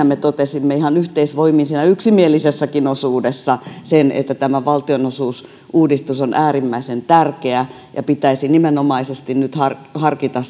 me totesimme ihan yhteisvoimin yksimielisessäkin osuudessakin sen että tämä valtionosuusuudistus on äärimmäisen tärkeä ja pitäisi nimenomaisesti nyt harkita harkita